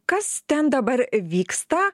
kas ten dabar vyksta